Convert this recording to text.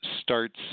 starts